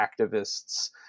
activists